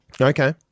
Okay